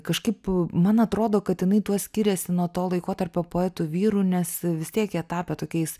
kažkaip man atrodo kad jinai tuo skiriasi nuo to laikotarpio poetų vyrų nes vis tiek jie tapę tokiais